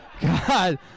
God